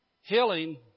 Healing